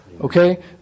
Okay